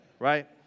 Right